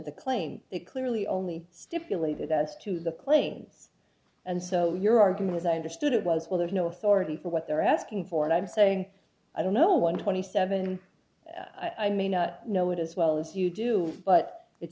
the claim it clearly only stipulated as to the claims and so your argument as i understood it was well there's no authority for what they're asking for and i'm saying i don't know one twenty seven i may not know it as well as you do but it